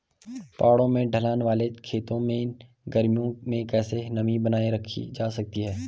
पहाड़ों में ढलान वाले खेतों में गर्मियों में कैसे नमी बनायी रखी जा सकती है?